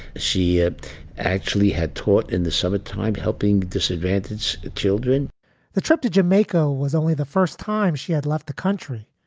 she ah actually had taught in the summertime helping disadvantaged children the trip to jamaica was only the first time she had left the country.